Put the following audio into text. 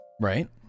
Right